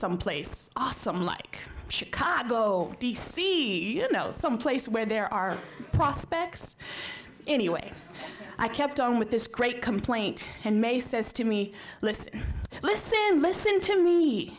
someplace awesome like chicago the sea you know someplace where there are prospects anyway i kept on with this great complaint and may says to me listen listen listen to me